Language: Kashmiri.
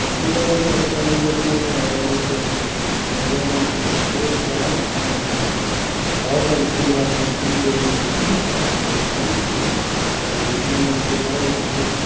یُہے وَجہ اوس وَنُن یَتھ منٛز یعنی کہِ وومین چھِ وُنکٮ۪س سیف کَران یِمن چھَنہٕ پرٛابلِم اِنڈِیا ہس منٛز کُنہِ تہِ رٔنگۍ وُنکٮ۪س گَژھان کِہیٖنۍ یعنی کہِ یِمن چھِ لایف وُنکٮ۪س